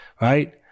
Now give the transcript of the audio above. right